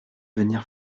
venir